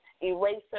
eraser